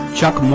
Chuck